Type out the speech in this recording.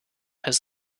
has